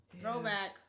Throwback